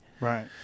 Right